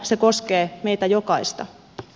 se koskee meitä jokaista